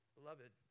Beloved